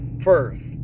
first